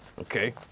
Okay